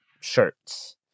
shirts